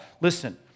Listen